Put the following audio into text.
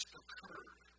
occurred